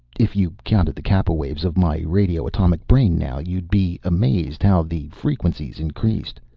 if you counted the kappa waves of my radio-atomic brain now, you'd be amazed how the frequency's increased.